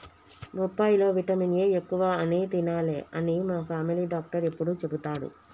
బొప్పాయి లో vitamin A ఎక్కువ అని తినాలే అని మా ఫామిలీ డాక్టర్ ఎప్పుడు చెపుతాడు